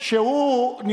ואדמונד לוי.